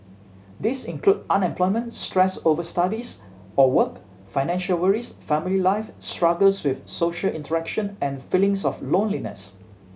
these include unemployment stress over studies or work financial worries family life struggles with social interaction and feelings of loneliness